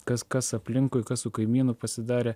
kas kas aplinkui kas su kaimynu pasidarė